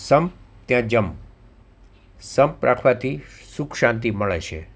સંપ ત્યાં જંપ સંપ રાખવાથી સુખ શાંતિ મળે છે